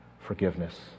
forgiveness